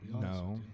No